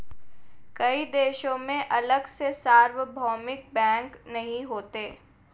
कई देशों में अलग से सार्वभौमिक बैंक नहीं होते